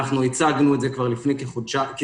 הצגנו את זה כבר לפני כחודש.